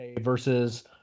versus